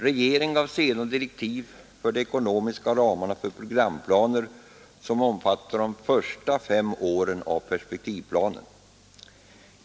Regeringen gav sedan direktiv för de ekonomiska ramarna för programplaner som omfattade de första fem åren av perspektivplanen.